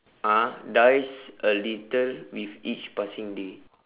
ah dies a little with each passing day